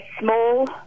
small